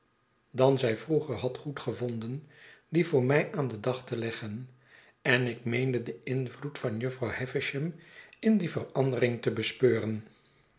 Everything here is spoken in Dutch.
dan zij vroeger had goedgevonden die voor mij aan den dag te leggen en ik meende den invloed van jufvrouw havisham in die verandering te bespeuren